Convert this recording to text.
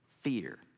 Fear